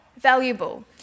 valuable